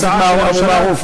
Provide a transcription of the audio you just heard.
הצעה של הממשלה,